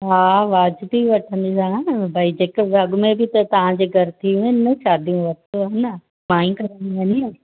हा वाजिबी वठंदीसांव न भई जेको अॻिमें बि तव्हां जेका थियूं आहिनि न शादियूं वरितो आहे न मां ई त